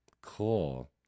cool